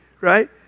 right